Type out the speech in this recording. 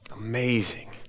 Amazing